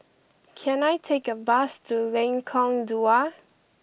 can I take a bus to Lengkong Dua